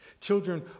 Children